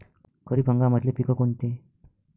खरीप हंगामातले पिकं कोनते?